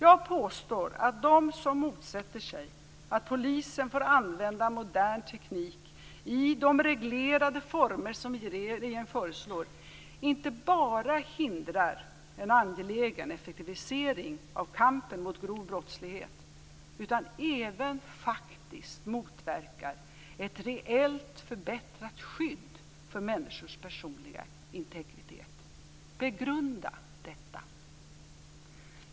Jag påstår att de som motsätter sig att polisen får använda modern teknik i de reglerade former som regeringen föreslår inte bara hindrar en angelägen effektivisering av kampen mot grov brottslighet utan även faktiskt motverkar ett reellt förbättrat skydd för människors personliga integritet. Begrunda detta!